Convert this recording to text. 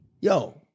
Yo